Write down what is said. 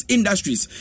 Industries